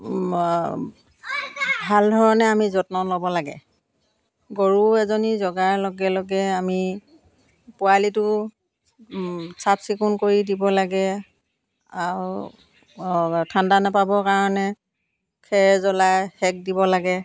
ভাল ধৰণে আমি যত্ন ল'ব লাগে গৰু এজনী জগাৰ লগে লগে আমি পোৱালিটো চাফ চিকুণ কৰি দিব লাগে আৰু ঠাণ্ডা নাপাব কাৰণে খেৰ জ্বলাই সেক দিব লাগে